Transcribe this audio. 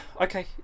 Okay